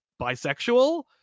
bisexual